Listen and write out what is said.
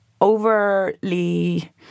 overly